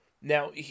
now